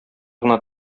гына